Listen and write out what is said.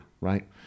right